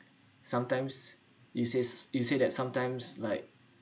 sometimes you says you said that sometimes like